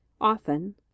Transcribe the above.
Often